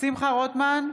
שמחה רוטמן,